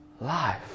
life